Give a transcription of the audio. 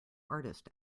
artist